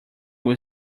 will